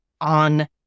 on